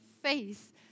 face